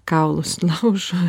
kaulus laužo